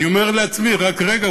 אני אומר לעצמי: רק רגע,